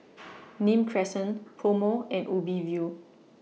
Nim Crescent Pomo and Ubi View